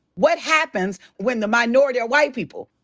what happens when the minority are white people?